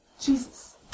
Jesus